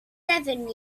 seven